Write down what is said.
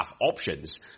options